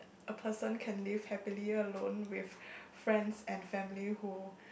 a person can live happily alone with friends and family who